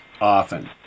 often